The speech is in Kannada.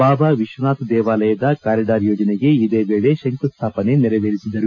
ಬಾಬಾ ವಿಶ್ವನಾಥ್ ದೇವಾಲಯದ ಕಾರಿಡಾರ್ ಯೋಜನೆಗೆ ಇದೇ ವೇಳೆ ಶಂಕುಸ್ಟಾಪನೆ ನೆರವೇರಿಸಿದರು